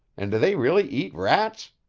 and do they really eat rats?